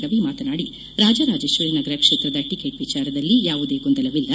ರವಿ ಮಾತನಾದಿ ರಾಜರಾಜೇಶ್ವರಿ ನಗರ ಕ್ಷೇತ್ರದ ಟಿಕೆಟ್ ವಿಚಾರದಲ್ಲಿ ಯಾವುದೇ ಗೊಂದಲವಿಲ್ಲ